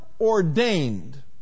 ordained